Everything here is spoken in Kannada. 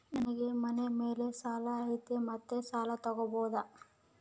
ನನಗೆ ಮನೆ ಮೇಲೆ ಸಾಲ ಐತಿ ಮತ್ತೆ ಸಾಲ ತಗಬೋದ?